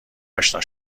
اشنا